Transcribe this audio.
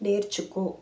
నేర్చుకో